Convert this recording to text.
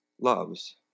loves